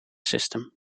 system